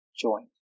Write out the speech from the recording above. joint